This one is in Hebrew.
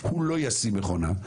הוא לא ישים מכונה.